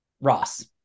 Ross